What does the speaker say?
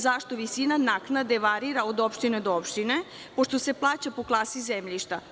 Zašto visina naknade varira od opštine do opštine, pošto se plaća po klasi zemljišta?